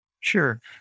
Sure